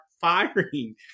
Firing